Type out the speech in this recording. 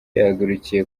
yahagurukiye